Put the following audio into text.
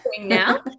now